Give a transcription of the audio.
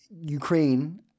Ukraine